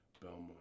Belmont